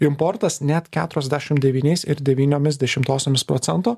importas net keturiasdešim devyniais ir devyniomis dešimtosiomis procento